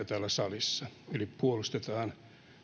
täällä salissa eli puolustamme